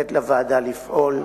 לתת לוועדה לפעול,